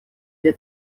для